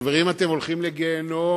חברים, אתם הולכים לגיהינום.